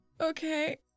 Okay